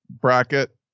bracket